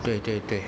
对对对